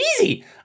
easy